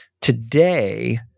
today